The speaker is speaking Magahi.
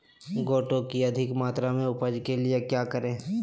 गोटो की अधिक मात्रा में उपज के लिए क्या करें?